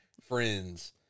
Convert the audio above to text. Friends